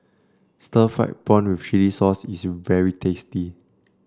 Stir Fried Prawn with Chili Sauce is very tasty